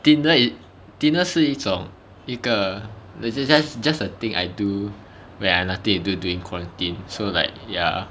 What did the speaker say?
tinder is tinder 是一种一个 legit~ just just a thing I do when I nothing to do during quarantine so like ya